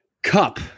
Cup